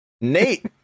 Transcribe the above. Nate